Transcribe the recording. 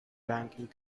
banking